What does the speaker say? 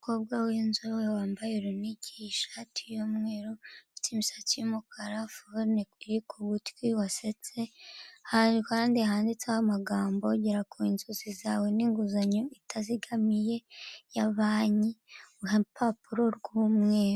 Umukobwa w'inzobe wambaye urunigi, ishati y'umweru, imisatsi y'umukara, fone ku gutwi wasetse. Ku ruhande handitseho amagambo, gera ku nzozi zawe n'iguzanyo itazigamiye ya banki, urupapuro rw'umweru.